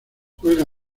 juega